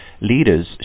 Leaders